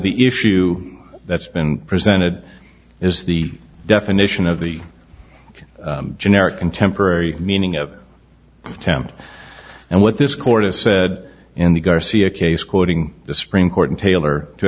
the issue that's been presented is the definition of the generic contemporary meaning of attempt and what this court has said in the garcia case quoting the supreme court and taylor to